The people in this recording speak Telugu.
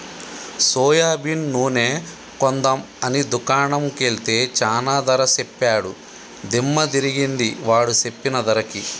సోయాబీన్ నూనె కొందాం అని దుకాణం కెల్తే చానా ధర సెప్పాడు దిమ్మ దిరిగింది వాడు సెప్పిన ధరకి